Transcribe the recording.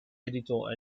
editor